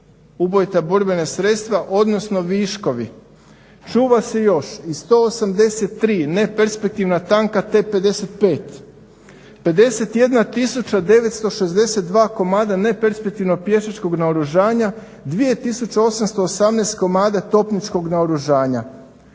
ubojita borbena sredstva, odnosno viškovi. Čuva se još i 183 neperspektivna tanka T-55, 51 tisuća 962 komada neperspektivnog pješačkog naoružanja, 2 tisuće 818 komada topničkog naoružanja.